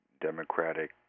democratic